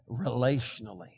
relationally